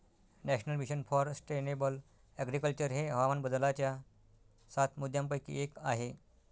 national mission for sustainable agriculture हे हवामान बदलाच्या सात मुद्यांपैकी एक आहे